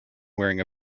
wearing